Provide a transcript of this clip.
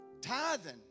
Tithing